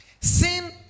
sin